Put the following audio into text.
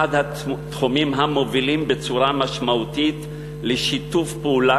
התחומים המובילים בצורה משמעותית לשיתוף פעולה,